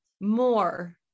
more